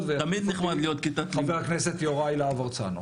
ויחליף אותי חבר הכנסת יוראי להב הרצנו,